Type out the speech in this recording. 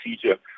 procedure